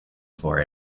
for